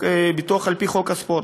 ביטוח על-פי חוק הספורט,